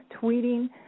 tweeting